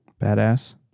Badass